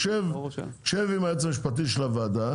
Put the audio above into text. תשב עם היועץ המשפטי של הוועדה,